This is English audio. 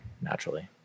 naturally